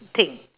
thing